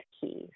keys